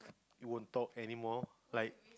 won't talk anymore like